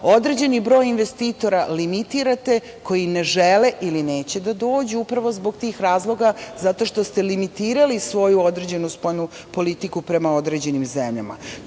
određeni broj investitora limitirate koji ne žele ili neće da dođu upravo zbog tih razloga zato što ste limitirali svoju određenu spoljnu politiku prema određenim zemljama. To